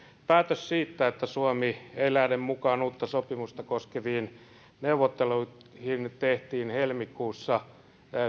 päätös siitä että suomi ei lähde mukaan uutta sopimusta koskeviin neuvotteluihin tehtiin helmikuussa